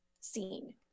seen